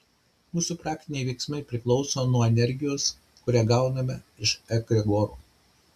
mūsų praktiniai veiksmai priklauso nuo energijos kurią gauname iš egregorų